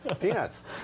Peanuts